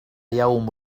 يوم